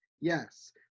Yes